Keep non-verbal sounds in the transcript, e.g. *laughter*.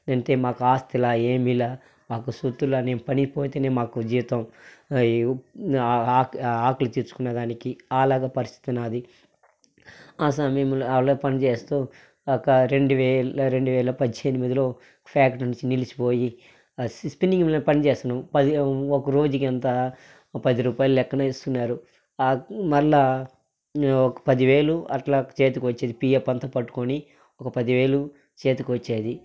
అంటే మాకు ఆస్తిలా ఏమీలా మాకు సుతుల పనికి పోతేనే మాకు జీవితం *unintelligible* ఆకులు తెచ్చుకునే దానికి ఆలాగా పరిస్థితి నాది ఆ సమయంలో అలా పని చేస్తూ ఒక రెండు వేల రెండు వేల పద్దెనిమిదిలో ఫ్యాక్టరీ నుంచి నిలిచిపోయి సిస్టనింగ్లో పనిచేస్తున్నాను ఒక రోజుకి ఎంత పది రూపాయలు లెక్కన ఇస్తున్నారు మళ్ళీ ఒక పది వేలు అట్లా చేతికి వచ్చేది పీఎఫ్ అంతా పట్టుకొని ఒక పది వేలు చేతికి వచ్చేది